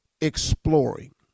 exploring